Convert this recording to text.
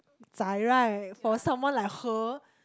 zhai right for someone like her